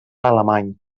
alemany